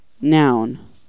noun